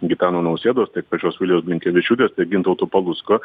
gitano nausėdos tiek pačios vilijos grinkevičiūtė gintauto palucko